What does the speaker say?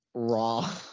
raw